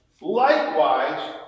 likewise